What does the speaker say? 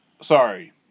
Sorry